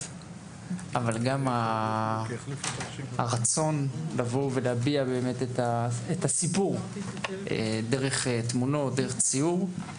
וגם הרצון לבוא ולהביע באמת את הסיפור דרך תמונות וציורים.